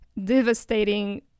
Devastating